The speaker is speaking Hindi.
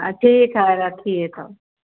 ठीक है रखिए तब